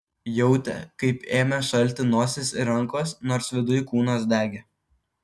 jautė kaip ėmė šalti nosis ir rankos nors viduj kūnas degė